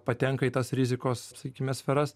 patenka į tas rizikos sakykime sferas